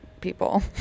people